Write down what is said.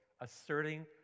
asserting